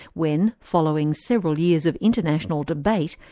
when, following several years of international debate,